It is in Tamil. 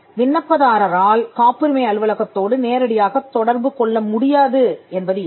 விண்ணப்பதார ரால் காப்புரிமை அலுவலகத்தோடு நேரடியாகத் தொடர்பு கொள்ள முடியாது என்பது இல்லை